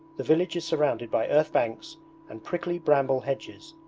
the village is surrounded by earth-banks and prickly bramble hedges,